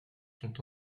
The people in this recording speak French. sont